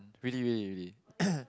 really really really